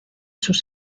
sus